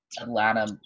Atlanta